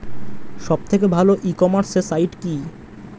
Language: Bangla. সব থেকে ভালো ই কমার্সে সাইট কী?